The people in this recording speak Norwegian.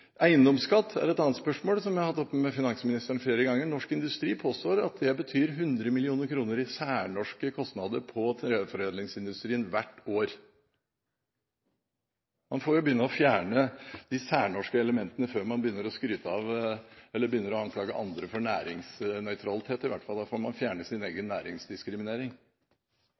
Eiendomsskatt er et annet forhold som jeg har hatt oppe med finansministeren flere ganger. Norsk Industri påstår at den medfører 100 mill. kr i særnorske kostnader for treforedlingsindustrien hvert år. Man får i hvert fall begynne med å fjerne de særnorske elementene før man anklager andre for næringsnøytralitet. Man får fjerne sin egen næringsdiskriminering. Representanten Lundteigen har hatt ordet to ganger tidligere og får